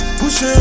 push